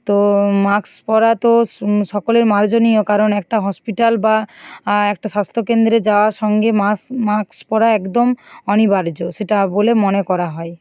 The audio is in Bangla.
তো মাস্ক পরা তো সকলের মার্জনীয় কারণ একটা হসপিটাল বা একটা স্বাস্থ্য কেন্দ্রে যাওয়ার সঙ্গে মাস্ক পরা একদম অনিবার্য সেটা বলে মনে করা হয়